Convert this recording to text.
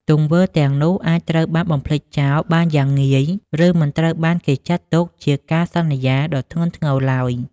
ទង្វើទាំងនោះអាចត្រូវបានបំភ្លេចចោលបានយ៉ាងងាយ ឬមិនត្រូវបានគេចាត់ទុកជាការសន្យាដ៏ធ្ងន់ធ្ងរឡើយ។